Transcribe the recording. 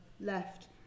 left